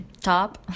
top